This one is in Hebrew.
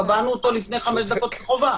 קבענו אותו לפני חמש דקות כחובה.